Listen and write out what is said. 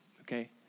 okay